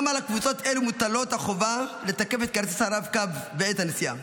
גם על קבוצות אלה מוטלת החובה לתקף את כרטיס הרב-קו בעת הנסיעה